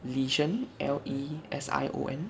lesion L E S I O N